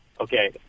okay